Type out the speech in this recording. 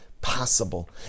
possible